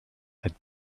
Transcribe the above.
had